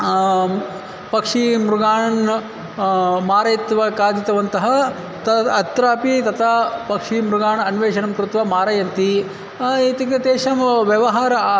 पक्षिमृगान् मारयित्वा खादितवन्तः तु अत्रापि तथा पक्षिमृगान् अन्वेषणं कृत्वा मारयन्ति इत्युक्ते तेषां व्यवहारः